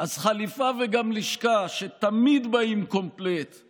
/ אז חליפה וגם לשכה שתמיד באים קומפלט /